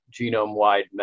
Genome-wide